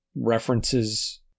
references